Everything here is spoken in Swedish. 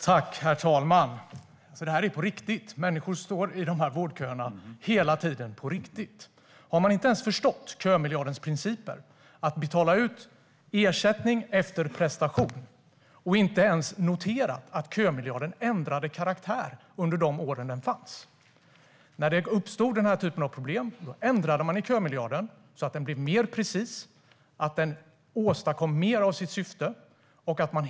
Herr talman! Det här är på riktigt. Människor står i dessa vårdköer. Man har inte förstått kömiljardens principer, att betala ut ersättning efter prestation, och man har inte noterat att kömiljarden ändrade karaktär under åren. När problem uppstod ändrade man i kömiljarden. Den blev mer precis och åstadkom mer av det den syftade till.